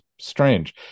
strange